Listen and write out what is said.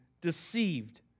deceived